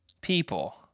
people